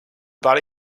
parlez